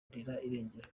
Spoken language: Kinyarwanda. irengero